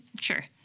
sure